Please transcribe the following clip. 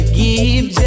give